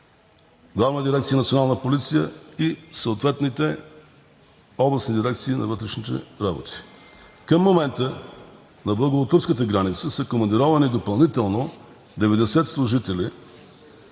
Главна дирекция „Национална полиция“ и съответните областни дирекции на вътрешните работи. Към момента на българо-турската граница са командировани допълнително 90 служители